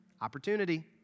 Opportunity